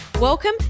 Welcome